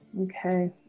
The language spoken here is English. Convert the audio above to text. Okay